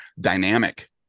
dynamic